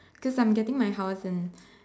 cause I'm getting my house in